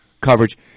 coverage